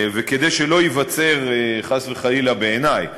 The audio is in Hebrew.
וכדי שלא ייווצר, חס וחלילה, בעיני,